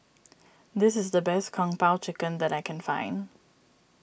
this is the best Kung Po Chicken that I can find